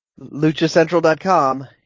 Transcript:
LuchaCentral.com